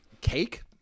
cake